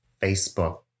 Facebook